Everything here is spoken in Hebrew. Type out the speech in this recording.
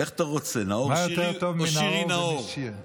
איך אתה רוצה, נאור שירי או שירי נאור?